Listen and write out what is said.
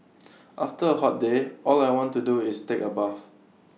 after A hot day all I want to do is take A bath